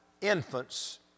infants